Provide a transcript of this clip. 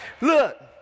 Look